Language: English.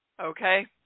Okay